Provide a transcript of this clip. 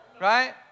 right